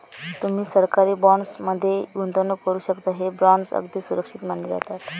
तुम्ही सरकारी बॉण्ड्स मध्ये गुंतवणूक करू शकता, हे बॉण्ड्स अगदी सुरक्षित मानले जातात